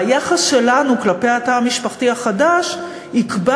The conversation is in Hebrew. והיחס שלנו לגבי התא המשפחתי החדש יקבע